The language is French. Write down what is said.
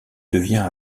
devient